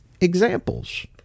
examples